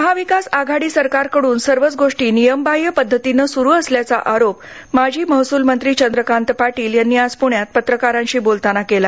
महाविकास आघाडी सरकारकडून सर्वच गोष्टी नियमबाह्य पद्धतीने सुरू असल्याचा आरोप माजी महसुल मंत्री चंद्रकांत पाटील यांनी आज प्ण्यात पत्रकारांशी बोलताना केला